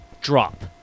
drop